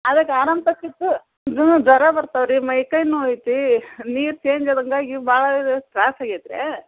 ಅದಕ್ಕೆ ಆರಾಮ ತಪ್ಪಿತ್ತು ಹ್ಞೂ ಜ್ವರ ಬರ್ತಾವೆ ರೀ ಮೈ ಕೈ ನೋವು ಐತಿ ನೀರು ಚೇಂಜ್ ಆದಂಗೆ ಆಗಿ ಭಾಳ ಇದು ತ್ರಾಸು ಆಗೈತೆ ರೀ